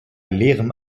leerem